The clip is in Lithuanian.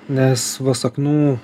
nes vasaknų